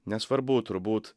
nesvarbu turbūt